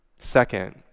Second